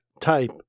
type